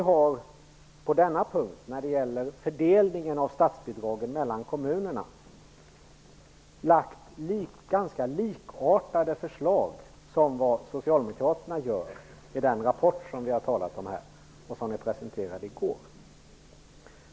Herr talman! När det gäller fördelningen av statsbidragen mellan kommunerna har vi framlagt förslag som ganska mycket liknar Socialdemokraternas förslag i den rapport som vi har talat om här och som presenterades i går.